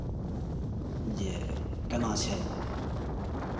जे केना छै